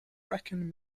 brecon